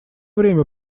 время